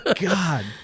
God